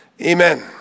Amen